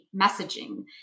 messaging